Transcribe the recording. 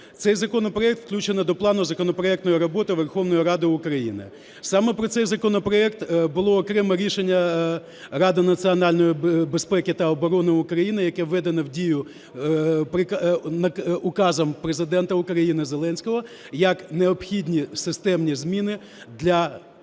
Цей законопроект включено до плану законопроектної роботи Верховної Ради України. Саме про цей законопроект було окреме рішення Ради національної безпеки та оборони України, яке введено в дію Указом Президента України Зеленського, як необхідні системні зміни для